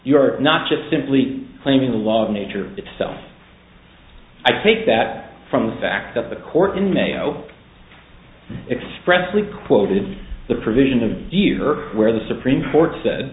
you're not just simply claiming the law of nature itself i think that from the fact that the court in mayo expressly quoted the provisions of the year where the supreme court said